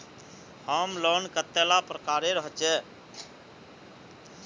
Home loan कतेला प्रकारेर होचे?